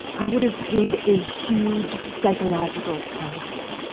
i would have paid a huge psychological price.